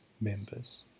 members